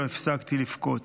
לא הפסקתי לבכות.